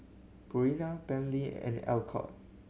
Purina Bentley and Alcott